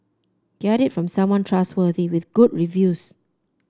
get it from someone trustworthy with good reviews